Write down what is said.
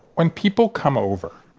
when people come over,